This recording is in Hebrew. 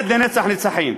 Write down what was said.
לנצח נצחים.